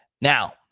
Now